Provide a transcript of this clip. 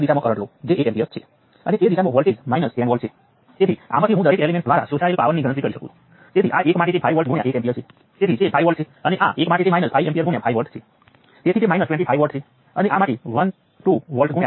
બીજી વસ્તુ જે બદલાય છે તે અર્ધ ડાયગોનલ એલિમેન્ટ છે કારણ કે આ કન્ડકટન્સ બે નોડ્સ વચ્ચે જોડાયેલ છે જેમાંથી એક પણ સંદર્ભ નોડ નથી